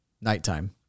nighttime